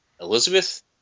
Elizabeth